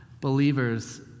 believers